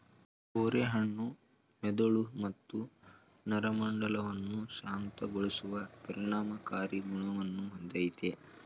ಬೋರೆ ಹಣ್ಣು ಮೆದುಳು ಮತ್ತು ನರಮಂಡಲವನ್ನು ಶಾಂತಗೊಳಿಸುವ ಪರಿಣಾಮಕಾರಿ ಗುಣವನ್ನು ಹೊಂದಯ್ತೆ